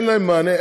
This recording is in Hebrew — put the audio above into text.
אין להם מענה.